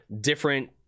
different